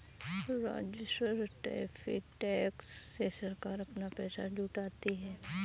राजस्व tariff tax से सरकार अपना पैसा जुटाती है